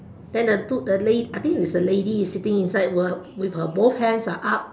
then the two the lad~ I think is a lady sitting inside with with her both hands are up